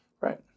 Right